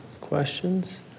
questions